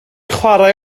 chwarae